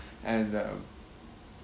and um